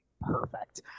perfect